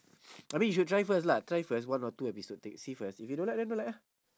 I mean you should try first lah try first one or two episode take see first if you don't like then don't like lah